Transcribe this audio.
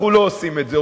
אנחנו לא עושים את זה,